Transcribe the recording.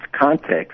context